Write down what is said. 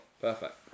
Perfect